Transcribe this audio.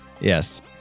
Yes